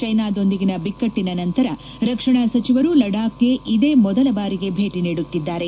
ಚ್ಟೆನಾದೊಂದಿಗಿನ ಬಿಕ್ಕಟ್ಟಿನ ನಂತರ ರಕ್ಷಣಾ ಸಚಿವರು ಲಡಾಖ್ಗೆ ಇದೇ ಮೊದಲ ಬಾರಿಗೆ ಭೇಟಿ ನೀಡುತ್ತಿದ್ದಾರೆ